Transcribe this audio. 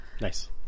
nice